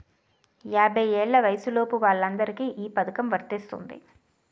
యాభై ఏళ్ల వయసులోపు వాళ్ళందరికీ ఈ పథకం వర్తిస్తుంది